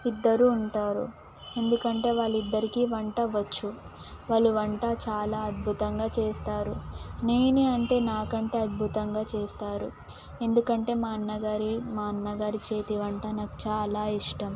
ఇద్దరు ఉంటారు ఎందుకంటే వాళ్ళిద్దరికీ వంట వచ్చు వాళ్ళు వంట చాలా అద్భుతంగా చేస్తారు నేనే అంటే నాకంటే అద్భుతంగా చేస్తారు ఎందుకంటే మా అన్న గారి మా అన్న గారి చేతి వంట నాకు చాలా ఇష్టం